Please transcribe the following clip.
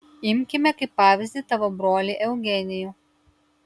imkime kaip pavyzdį tavo brolį eugenijų